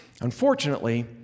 Unfortunately